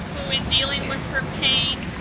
who in dealing with her pain,